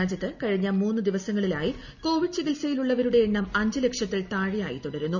രാജ്യത്ത് കഴിഞ്ഞ മൂന്ന് ദിവസങ്ങളിലായി കോവിഡ് ചികിത്സയിലുള്ളവരുടെ എണ്ണം അഞ്ച് ലക്ഷത്തിൽ താഴെയായി തുടരുന്നു